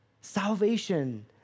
salvation